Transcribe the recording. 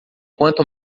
quanto